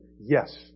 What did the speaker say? Yes